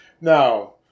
Now